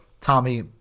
Tommy